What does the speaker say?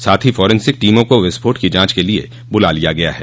साथ ही फोरेंसिक टीमों को विस्फोट की जांच के लिये बुला लिया गया है